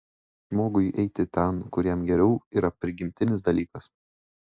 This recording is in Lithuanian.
žmogui eiti ten kur jam geriau yra prigimtinis dalykas